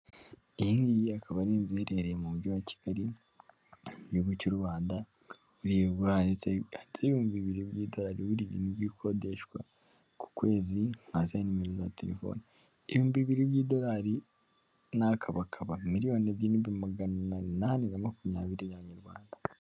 Iyi ngiyi akaba ari inzu iherereye mu mujyi wa Kigali, mu gihugu cy' u Rwanda, hakaba handitseho ibimbi bibiri by' idorari, by'ikodeshwa ku kwezi nka za nimero za telefoni ibihumbi bibiri y'idolari n'akabakaba miliyoni ebyiri maganani na makumyabiri inyarwanda.